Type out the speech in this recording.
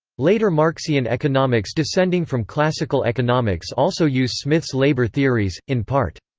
later marxian economics descending from classical economics also use smith's labour theories, in part.